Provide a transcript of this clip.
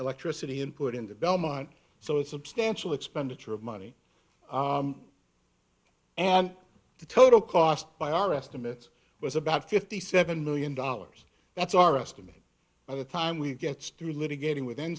electricity input in the belmont so it substantial expenditure of money and the total cost by our estimates was about fifty seven million dollars that's our estimate by the time we gets through litigating within